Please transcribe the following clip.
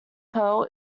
pearl